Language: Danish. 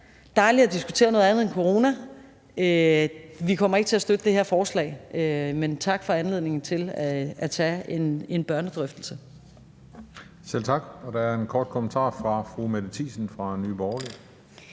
er det dejligt at diskutere noget andet end corona. Vi kommer ikke til at støtte det her forslag, men tak for anledningen til at tage en børnedrøftelse.